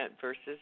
versus